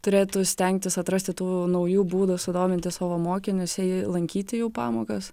turėtų stengtis atrasti tų naujų būdų sudominti savo mokinius lankyti jų pamokas